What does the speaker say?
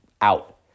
out